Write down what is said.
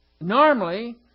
normally